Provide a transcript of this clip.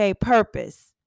purpose